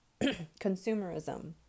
consumerism